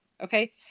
okay